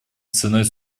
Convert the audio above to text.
ценой